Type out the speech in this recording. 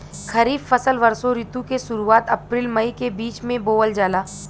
खरीफ फसल वषोॅ ऋतु के शुरुआत, अपृल मई के बीच में बोवल जाला